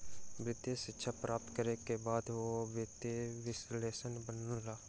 वित्तीय शिक्षा प्राप्त करै के बाद ओ वित्तीय विश्लेषक बनला